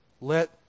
Let